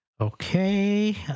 Okay